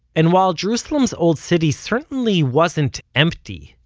and while jerusalem's old city certainly wasn't empty,